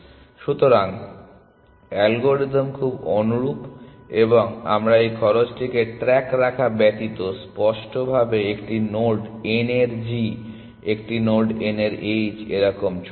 সুতরাং অ্যালগরিদম খুব অনুরূপ আমরা এই খরচটিকে ট্র্যাক রাখা ব্যতীত স্পষ্টভাবে একটি নোড n এর g একটি নোড n এর h এরকম চলবে